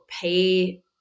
pay